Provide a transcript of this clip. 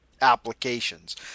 applications